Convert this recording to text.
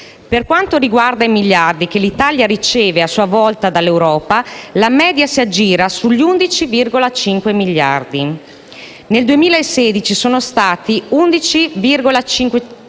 Per quanto riguarda i miliardi che l'Italia riceve a sua volta dall'Europa, la media si aggira sugli 11,5 miliardi. Nel 2016 sono stati 11,592 miliardi;